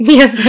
Yes